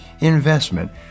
investment